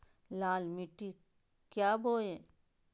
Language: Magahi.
लाल मिट्टी क्या बोए?